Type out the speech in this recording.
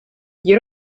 you